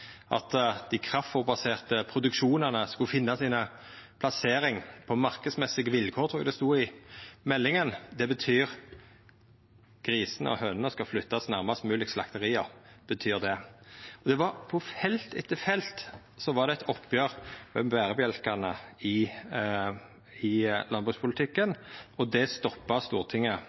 at dei kraftfôrbaserte produksjonane skulle finna plasseringa si på marknadsmessige vilkår, trur eg det stod i meldinga. Det betyr at grisene og hønene skal flyttast nærmast mogleg slakteria. Det betyr det. På felt etter felt var det eit oppgjer med berebjelkane i landbrukspolitikken, og det stoppa Stortinget